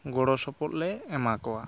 ᱜᱚᱲᱚ ᱥᱚᱯᱚᱫ ᱞᱮ ᱮᱢᱟᱠᱚᱣᱟ